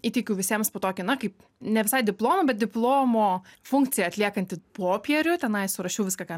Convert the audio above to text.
įteikiau visiems po tokį na kaip ne visai diplomą bet diplomo funkciją atliekantį popierių tenai surašiau viską ką